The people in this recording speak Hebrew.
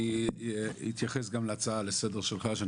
אני אתייחס גם להצעה לסדר שלך אדוני היושב-ראש,